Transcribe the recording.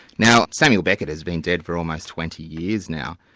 now samuel beckett has been dead for almost twenty years now,